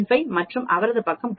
5 மற்றும் அவரது பக்கமானது 2